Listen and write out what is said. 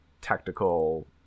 tactical